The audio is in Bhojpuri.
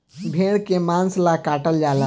भेड़ के मांस ला काटल जाला